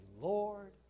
Lord